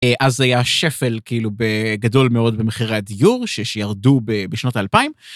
אז היה שפל כאילו בגדול מאוד במחירי הדיור שירדו בשנות ה-2000.